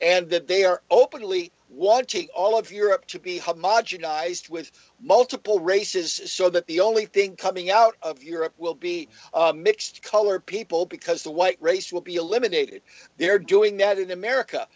and that they are openly watching all of europe to be homogenized with multiple races so that the only thing coming out of europe will be mixed colored people because the white race will be eliminated they're doing that in america